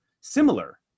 similar